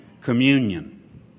Communion